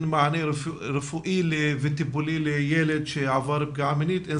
מענה רפואי וטיפולי לילד שעבר פגיעה מינית אין